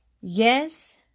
Yes